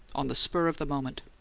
on the spur of the moment.